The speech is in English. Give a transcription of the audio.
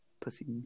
Pussy